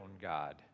God